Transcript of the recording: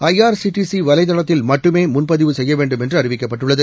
IRCTC வலைதளத்தில் மட்டுமே முன்பதிவு செய்ய வேண்டும் என்று அறிவிக்கப்பட்டுள்ளது